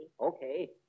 Okay